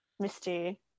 Misty